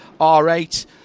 R8